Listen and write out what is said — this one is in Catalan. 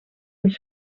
els